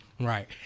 Right